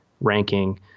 ranking